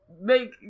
make